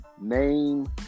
Name